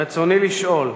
רצוני לשאול: